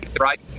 Right